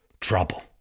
trouble